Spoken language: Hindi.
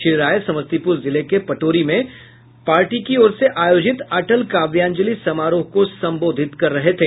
श्री राय समस्तीपुर जिले के पटोरी में पार्टी की ओर से आयोजित अटल काव्यांजलि समारोह को संबोधित कर रहे थे